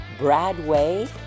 bradway